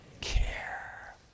Care